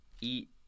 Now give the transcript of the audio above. eat